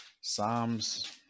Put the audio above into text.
Psalms